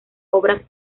obras